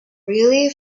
really